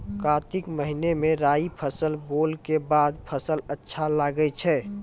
कार्तिक महीना मे राई फसल बोलऽ के बाद फसल अच्छा लगे छै